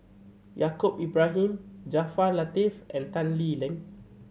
Yaacob Ibrahim Jaafar Latiff and Tan Lee Leng